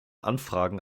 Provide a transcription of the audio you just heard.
anfragen